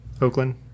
oakland